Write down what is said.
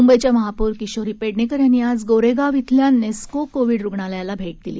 मुंबईच्या महापौर किशोरी पेडणेकर यांनी आज गोरेगाव इथल्या नेस्को कोविड रुग्णालयाला भेट दिली